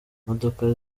imodoka